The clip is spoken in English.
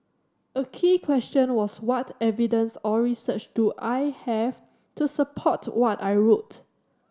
a key question was what evidence or research do I have to support what I wrote